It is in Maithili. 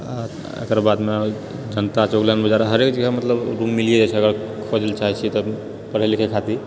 अकर बादमे जनता चौक लऽ हरेक जगह मतलब रूम मिलिए जाइत छै अगर खोजै लऽ चाहै छियै तऽ पढ़ै लिखै खातिर